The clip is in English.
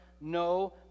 no